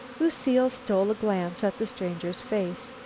lucile stole a glance at the stranger's face.